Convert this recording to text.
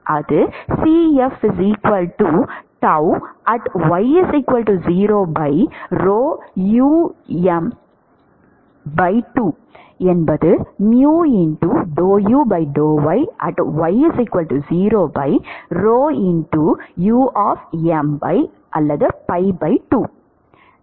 எனவே அது க்கு சமமாக இருக்கும்